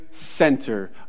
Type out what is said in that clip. center